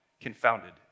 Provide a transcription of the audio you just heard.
confounded